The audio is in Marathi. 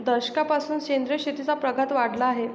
दशकापासून सेंद्रिय शेतीचा प्रघात वाढला आहे